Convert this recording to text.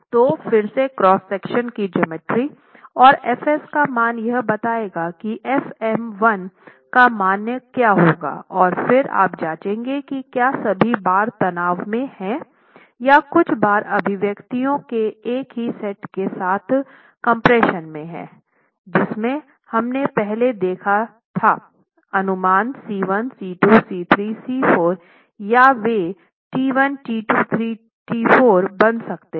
तो फिर से क्रॉस सेक्शन की ज्योमेट्री और F s का मान यह बताएगा की fm 1 का मान क्या होगा और फिर आप जाँचेंगे कि क्या सभी बार तनाव में हैं या कुछ बार अभिव्यक्तियों के एक ही सेट के साथ कम्प्रेशन में हैं जिसमें हमने पहले देखा था अनुमान C1 C 2 C 3 C 4 या वे T1 T2 T3 T 4 बन सकते हैं